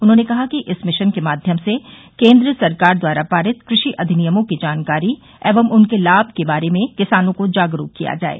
उन्होंने कहा कि इस मिशन के माध्यम से केन्द्र सरकार द्वारा पारित कृषि अधिनियमों की जानकारी एवं उनके लाभ के बारे में किसानों को जागरूक किया जाये